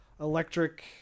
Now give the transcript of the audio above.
electric